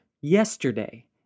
Yesterday